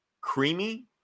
creamy